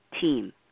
team